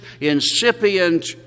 incipient